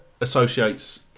associates